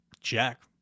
check